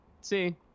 See